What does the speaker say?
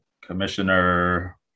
Commissioner